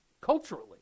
culturally